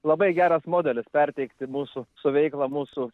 labai geras modelis perteikti mūsų su veiklą mūsų